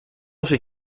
вже